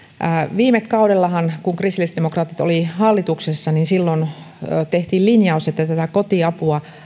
viime kaudellahan kun kristillisdemokraatit olivat hallituksessa tehtiin linjaus että tätä kotiapua